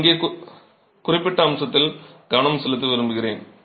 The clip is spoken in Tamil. நான் இங்கே ஒரு குறிப்பிட்ட அம்சத்தில் கவனம் செலுத்த விரும்புகிறேன்